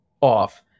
off